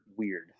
weird